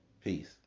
Peace